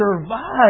survive